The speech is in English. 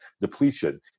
depletion